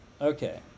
okay